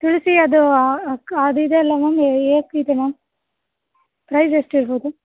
ತುಳಸಿ ಅದು ಕ ಅದಿದೆ ಅಲ್ಲ ಮ್ಯಾಮ್ ಪ್ರೈಸ್ ಎಷ್ಟಿರ್ಬೌದು